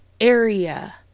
area